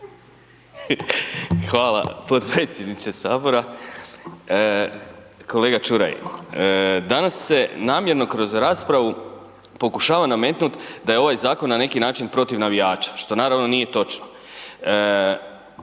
Hvala potpredsjedniče HS. Kolega Čuraj, danas se namjerno kroz raspravu pokušava nametnut da je ovaj zakon na neki način protiv navijača, što naravno nije točno.